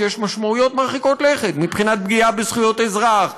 יש משמעויות מרחיקות לכת מבחינת פגיעה בזכויות האזרח,